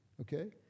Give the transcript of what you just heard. Okay